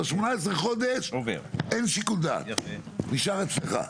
כשזה מגיע ל-18 חודשים, אין שיקול דעת, נשאר אצלך.